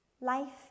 Life